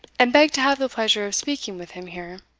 and beg to have the pleasure of speaking with him here.